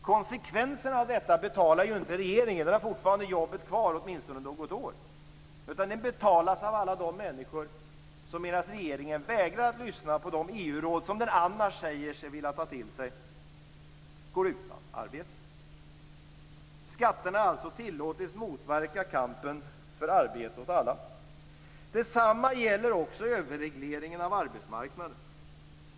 Konsekvensen av detta betalar inte regeringen - den har fortfarande jobben kvar, åtminstone något år - utan alla de människor som, medan regeringen vägrar att lyssna på de EU-råd som den annars säger sig vilja ta till sig, går utan arbete. Skatterna har alltså tillåtits motverka kampen för arbete åt alla. Detsamma gäller också överregleringen av arbetsmarknaden.